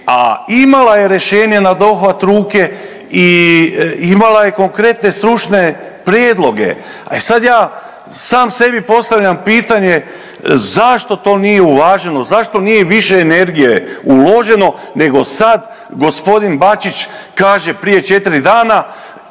a imala je rješenje nadohvat ruke i imala je konkretne stručne prijedloge. E sad ja sam sebi postavljam pitanje zašto to nije uvaženo, zašto nije više energije uloženo nego sad g. Bačić kaže prije 4 dana,